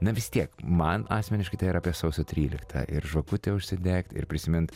na vis tiek man asmeniškai tai yra apie sausio tryliktą ir žvakutę užsidegti ir prisimint